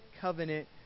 covenant